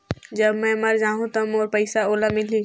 जब मै मर जाहूं तो मोर पइसा ओला मिली?